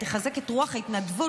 תחזק את רוח ההתנדבות,